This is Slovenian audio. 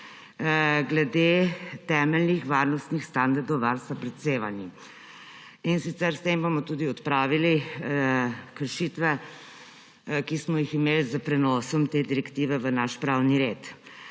glede temeljnih varnostih standardov varstva pred sevanji. S tem bomo tudi odpravili kršitve, ki smo jih imeli s prenosom te direktive v naš pravni red.